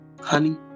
honey